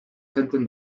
zaintzen